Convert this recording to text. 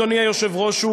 אדוני היושב-ראש,